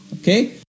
Okay